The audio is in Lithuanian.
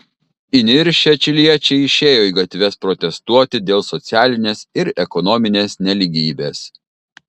įniršę čiliečiai išėjo į gatves protestuoti dėl socialinės ir ekonominės nelygybės